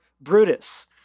Brutus